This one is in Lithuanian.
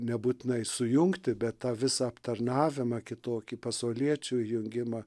nebūtinai sujungti be tą visą aptarnavimą kitokį pasauliečių įjungimą